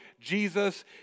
Jesus